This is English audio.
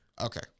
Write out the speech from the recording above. Okay